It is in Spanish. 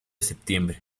septiembre